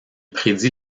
prédit